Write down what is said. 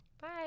Bye